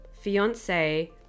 fiance